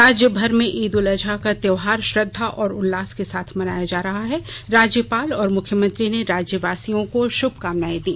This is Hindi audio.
राज्यभर में ईद उल अजहा का त्योहार श्रद्वा और उल्लास से मनाया जा रहा है राज्यपाल और मुख्यमंत्री ने राज्यवासियों को शुभकामनाएं दी